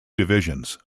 divisions